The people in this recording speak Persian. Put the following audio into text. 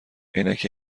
عینک